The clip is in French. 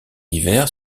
hiver